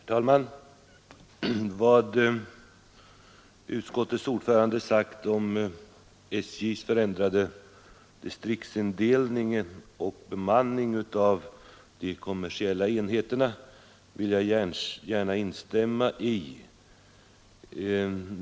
Herr talman! Vad utskottets ordförande sagt om SJ:s förändrade distriktsindelning och om bemanningen av de kommersiella enheterna vill jag gärna instämma i.